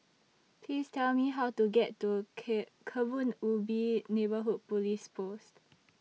Please Tell Me How to get to K Kebun Ubi Neighbourhood Police Post